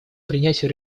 принятию